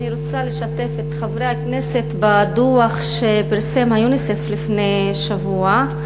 אני רוצה לשתף את חברי הכנסת בדוח שפרסם יוניסף לפני שבוע.